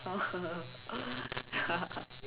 sound ya